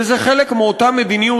וזה חלק מאותה מדיניות.